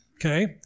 Okay